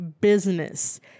business